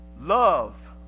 love